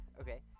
Okay